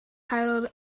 titled